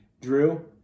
Drew